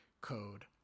code